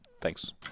thanks